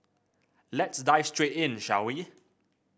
let's dive straight in shall we